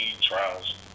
trials